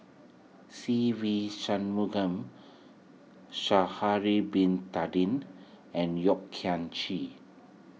Se Ve Shanmugam Sha'ari Bin Tadin and Yeo Kian Chye